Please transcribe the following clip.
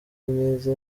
myiza